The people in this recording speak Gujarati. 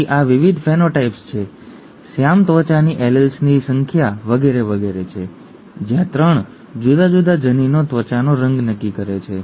તેથી આ વિવિધ ફેનોટાઈપ્સ છે શ્યામ ત્વચાની એલીલ્સની સંખ્યા વગેરે વગેરે છે જ્યાં 3 જુદા જુદા જનીનો ત્વચાનો રંગ નક્કી કરે છે